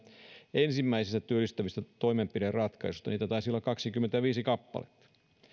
ensimmäisistä työllistävistä toimenpideratkaisuista niitä taisi olla kaksikymmentäviisi kappaletta